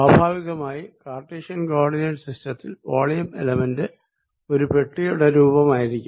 സ്വാഭാവികമായി Cartesian coordinate സിസ്റ്റത്തിൽ volume element ഒരു പെട്ടിയുടെ രൂപമായിരിക്കും